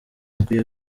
akwiye